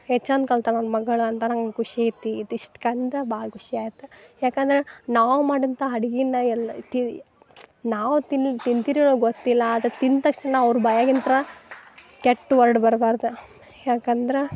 ಹೇ ಚಂದ್ ಕಲ್ತಾಳ ನಮ್ಮಗ್ಳು ಅಂತ ನಂಗೆ ಖುಷಿ ಐತಿ ಇದಿಷ್ಟು ಕಂಡ್ರ ಭಾಳ ಖುಷಿ ಆಯಿತು ಯಾಕಂದ್ರೆ ನಾವು ಮಾಡಿದಂತಾ ಅಡಿಗೆನ ಎಲ್ಲ ತಿ ನಾವು ತಿನ್ಲ್ ತಿಂತಿರೆನೋ ಗೊತ್ತಿಲ್ಲ ಆದರೆ ತಿಂದ್ ತಕ್ಷಣ ಅವ್ರ ಬಾಯಾಗಿಂತ್ರ ಕೆಟ್ಟು ವರ್ಡ್ ಬರ್ಬಾರ್ದು ಯಾಕಂದ್ರೆ